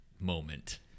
moment